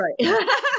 Right